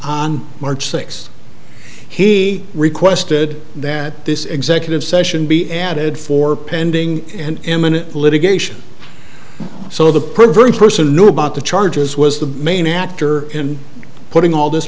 on march sixth he requested that this executive session be added for pending and imminent litigation so the prevailing person knew about the charges was the main actor in putting all this